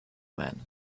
men